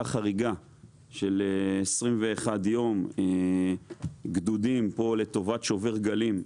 חריגה של 21 יום גדודים לטובת "שובר גלים",